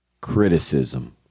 criticism